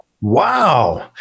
Wow